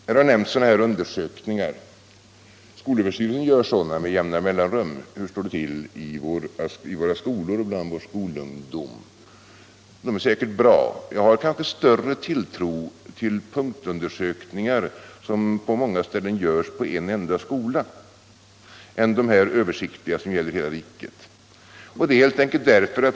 Här har nämnts de undersökningar som skolöverstyrelsen gör med jämna mellanrum: hur står det till i våra skolor beträffande dessa frågor? Undersökningarna är helt säkert bra. Men jag har kanske större tilltro till de punktundersökningar som görs i en enda skola än till dessa översiktliga undersökningar som gäller hela riket.